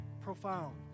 profound